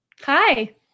Hi